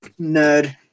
Nerd